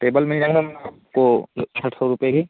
table मिल जाएगा ma'am आपको छः सौ रुपये की